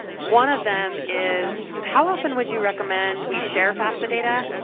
one of them is how often would you recommend we share fafsa data,